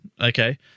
Okay